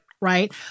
Right